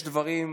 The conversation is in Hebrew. שיש דברים,